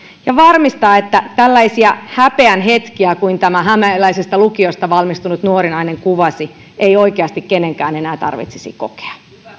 ja varmistaa että tällaisia häpeän hetkiä kuin tämä hämäläisestä lukiosta valmistunut nuori nainen kuvasi ei oikeasti kenenkään enää tarvitsisi kokea